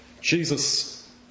Jesus